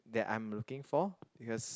that I am looking for because